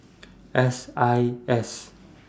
S I S